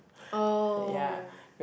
oh